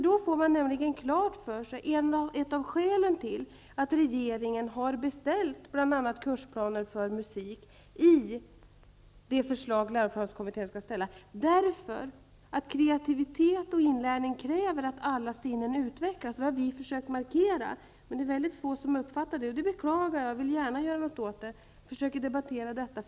Då får man nämligen klart för sig att ett av skälen till att regeringen har beställt bl.a. kursplaner för musik i de förslag som läroplanskommittén skall lägga fram, är att kreativitet och inlärning kräver att alla sinnen utvecklas. Det har vi försökt markera, men det är få som har uppfattat det. Jag beklagar det, och jag vill gärna göra någonting åt det.